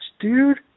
dude